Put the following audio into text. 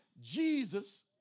Jesus